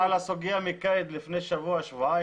דיברנו על הסוגיה עם כאיד לפני שבוע-שבועיים.